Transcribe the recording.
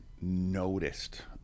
noticed